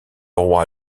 roi